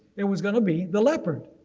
there was going to be the leopard.